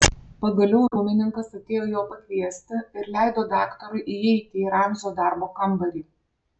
pagaliau rūmininkas atėjo jo pakviesti ir leido daktarui įeiti į ramzio darbo kambarį